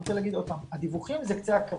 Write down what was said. רוצה לומר שוב שהדיווחים הם קצה הקרחון.